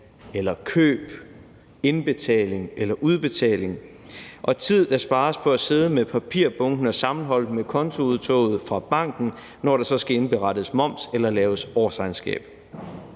hver enkelt indbetaling eller udbetaling, og tid, der spares i forhold til at sidde med papirbunken og sammenholde den med kontoudtoget fra banken, når der så skal indberettes moms eller laves årsregnskab.